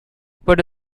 what